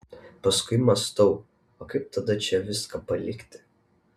paskui mąstau o kaip tada čia viską palikti